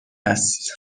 است